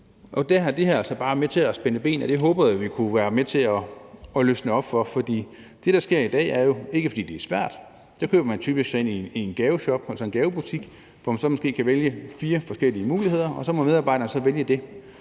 altså bare med til at spænde ben, og det håbede jeg vi kunne være med til at løsne op for. For det, der sker i dag, er, at man, ikke fordi det er svært, køber sig ind i en gavebutik, hvor man så måske kan vælge fire forskellige muligheder, og så må medarbejderne så vælge